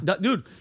Dude